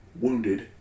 wounded